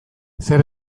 zer